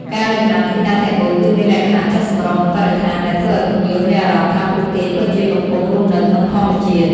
ការរចនាទីតាំងទាំងមូលគឺមានលក្ខណៈចុះសម្រុងនឹងបរិស្ថាន ដែលធ្វើឲ្យភ្ញៀវមានអារម្មណ៍ថាពួកគេពិតជាកំពុងរស់នៅក្នុងធម្មជាតិ។